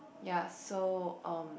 yea so um